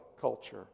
culture